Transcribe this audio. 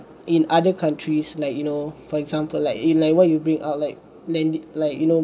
in other countries like you know for example like eh why you bring out like landit~ like you know